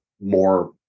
more